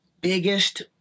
biggest